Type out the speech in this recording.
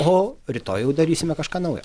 o rytoj darysime kažką naujo